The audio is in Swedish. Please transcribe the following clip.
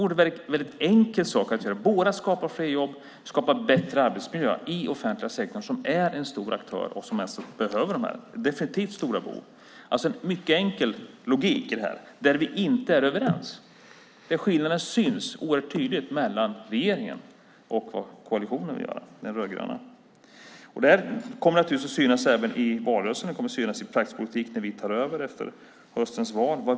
Det vore en enkel sak att göra, både att skapa fler jobb och skapa bättre arbetsmiljö i den offentliga sektorn som är en stor aktör och som definitivt har stora behov. Det är en mycket enkel logik i det här där vi inte är överens. Där syns skillnaden oerhört tydligt mellan regeringen och vad den rödgröna koalitionen vill göra. Det kommer naturligtvis att synas även i valrörelsen. Det kommer att synas i praktisk politik vad vi gör när vi tar över efter höstens val.